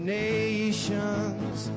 nations